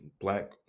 black